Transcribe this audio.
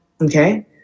okay